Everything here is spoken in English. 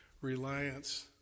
reliance